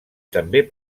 també